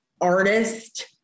artist